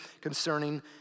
concerning